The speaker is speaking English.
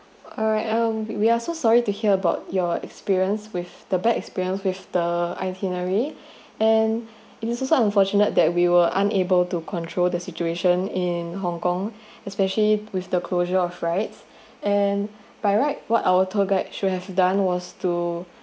alright um we are so sorry to hear about your experience with the bad experience with the itinerary and it is also unfortunate that we were unable to control the situation in hong kong especially with the closure of rights and by right what our tour guide should have done was to